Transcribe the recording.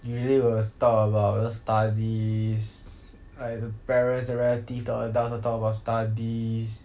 usually will talk about those studies like the parents the relatives the adults will talk about studies